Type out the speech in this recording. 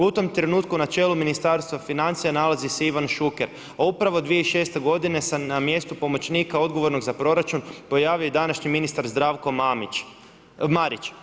U tom trenutku na čelu Ministarstva financija nalazi se Ivan Šuker, a upravo se 2006. g. sam na mjestu pomoćnika odgovornog za proračun pojavljuje i današnji ministar Zdravko Marić.